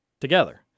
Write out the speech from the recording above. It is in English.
together